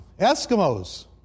Eskimos